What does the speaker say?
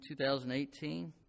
2018